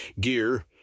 gear